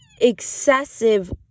Excessive